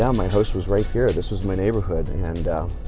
um my house was right here. this was my neighborhood and and